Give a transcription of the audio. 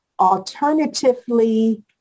alternatively